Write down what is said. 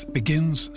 begins